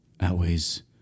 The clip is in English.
outweighs